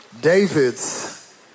David's